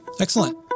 Excellent